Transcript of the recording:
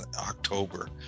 october